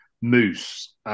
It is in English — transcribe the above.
Moose